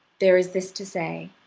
there is this to say,